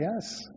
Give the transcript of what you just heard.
yes